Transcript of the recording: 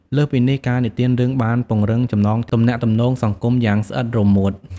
លើសពីនេះ ការនិទានរឿងបានពង្រឹងចំណងទំនាក់ទំនងសង្គមយ៉ាងស្អិតរមួត។